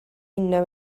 know